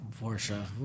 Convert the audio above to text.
Portia